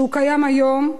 שקיים היום.